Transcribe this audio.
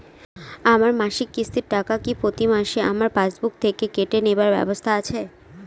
আমার মাসিক কিস্তির টাকা কি প্রতিমাসে আমার পাসবুক থেকে কেটে নেবার ব্যবস্থা আছে?